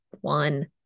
one